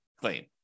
claim